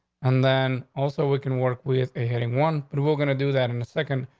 and then also we can work with a heading one, but we're going to do that in a second.